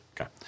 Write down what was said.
Okay